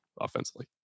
offensively